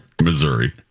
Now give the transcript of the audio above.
Missouri